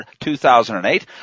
2008